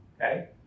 Okay